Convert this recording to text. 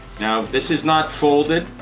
now this is not folded.